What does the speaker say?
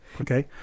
Okay